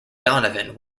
donovan